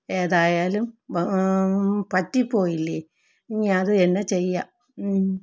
ഏതായാലും പറ്റിപ്പോയില്ലേ ഇനി അതുതന്നെ ചെയ്യാം